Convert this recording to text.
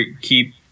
keep